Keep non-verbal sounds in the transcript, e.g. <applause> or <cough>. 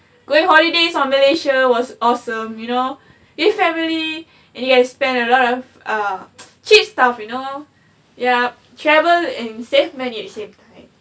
going holidays on malaysia was awesome you know with family and you guys spend a lot of err <noise> cheap stuff you know yup travel and save money at the same time